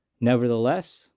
Nevertheless